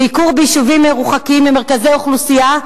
בעיקר ביישובים מרוחקים ממרכזי אוכלוסייה,